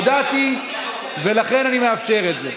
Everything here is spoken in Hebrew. הודעתי, ולכן אני מאפשר את זה.